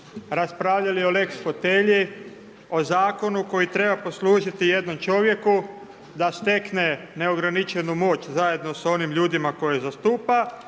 raspravljali o Lex fotelji. O Zakonu koji treba poslužiti jednom čovjeku da stekne neograničenu moć zajedno sa onim ljudima koje zastupa,